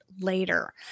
later